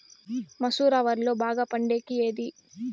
మసూర వరిలో బాగా పండేకి ఏది?